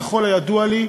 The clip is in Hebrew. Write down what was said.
ככל הידוע לי,